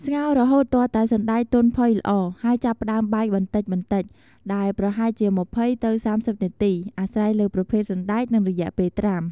ស្ងោររហូតទាល់តែសណ្ដែកទន់ផុយល្អ ហើយចាប់ផ្ដើមបែកបន្តិចៗ ដែលប្រហែលជា ២០-៣០ នាទី អាស្រ័យលើប្រភេទសណ្ដែក និងរយៈពេលត្រាំ។